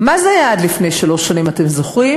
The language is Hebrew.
מה זה היה עד לפני שלוש שנים, אתם זוכרים?